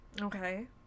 Okay